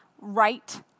right